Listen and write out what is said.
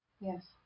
Yes